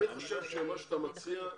אני חושב שמה שאתה מציע,